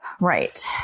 Right